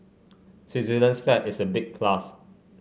Switzerland's flag is a big plus